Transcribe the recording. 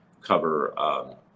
cover